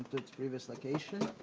it's previous location.